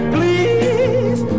Please